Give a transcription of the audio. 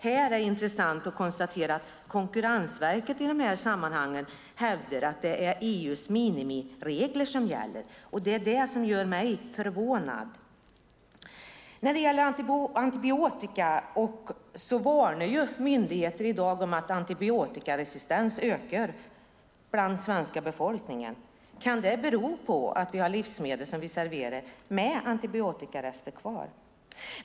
Här är det intressant att konstatera att Konkurrensverket hävdar att det är EU:s minimiregler som gäller i dessa sammanhang. Det är det som gör mig förvånad. När det gäller antibiotika varnar myndigheter i dag för att antibiotikaresistensen ökar bland den svenska befolkningen. Kan det bero på att vi serverar livsmedel med antibiotikarester kvar?